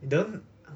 don't